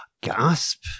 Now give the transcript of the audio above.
Gasp